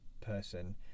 person